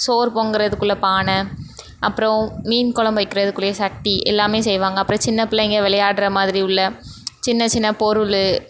சோறு பொங்குறதுக்குள்ள பானை அப்புறோம் மீன் கொழம்பு வைக்கிறதுக்குரிய சட்டி எல்லாமே செய்வாங்க அப்புறோம் சின்ன பிள்ளைங்க விளையாடுறமாதிரி உள்ள சின்ன சின்ன பொருள்